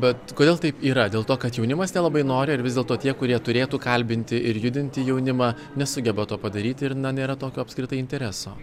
bet kodėl taip yra dėl to kad jaunimas nelabai nori ar vis dėlto tie kurie turėtų kalbinti ir judinti jaunimą nesugeba to padaryti ir na nėra tokio apskritai intereso